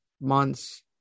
months